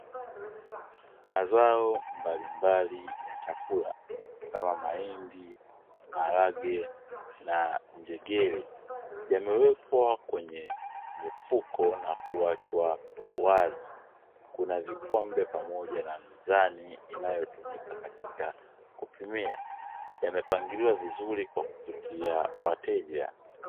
Mazao mbalimbali ya chakula kama: mahindi, maharage na njegere, yamewekwa kwenye mifuko na kuachwa wazi. Kuna vikombe pamoja na mzani inayotumika katika kupimia. Yamepangiliwa vizuri kwa kuvutia wateja.